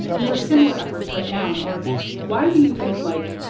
and there are similar efforts right now in oregon why do you think, like,